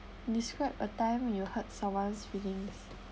describe a time when you hurt someone's feelings